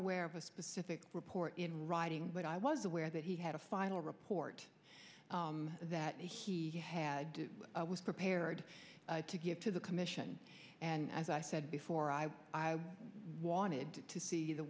aware of a specific report in writing but i was aware that he had a final report that he had was prepared to give to the commission and as i said before i wanted to see the